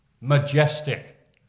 Majestic